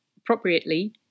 appropriately